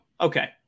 Okay